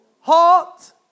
heart